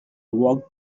walked